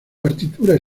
partitura